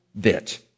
bit